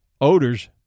Odors